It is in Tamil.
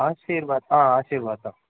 ஆசிர்வாத்தா ஆசிர்வாத்தா